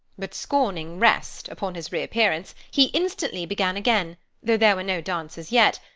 but scorning rest, upon his reappearance, he instantly began again, though there were no dancers yet,